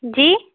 जी